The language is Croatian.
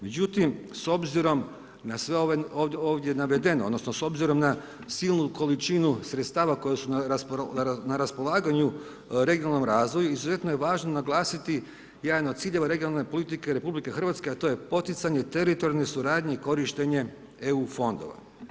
Međutim s obzirom na sve ovdje navedeno odnosno s obzirom na silnu količinu sredstava koja su na raspolaganju regionalnom razvoju, izuzetno je važno naglasiti jedan od ciljeva regionalne politike RH a to je poticanje teritorijalne suradnje i korištenje EU fondova.